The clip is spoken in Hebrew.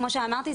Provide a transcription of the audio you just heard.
כמו שאמרתי,